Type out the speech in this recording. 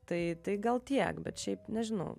tai tai gal tiek bet šiaip nežinau